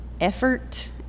effort